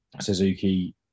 Suzuki